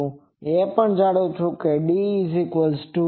હું એ પણ જાણું છું કે D4π2Aem